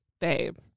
babe